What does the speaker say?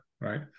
Right